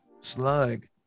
slug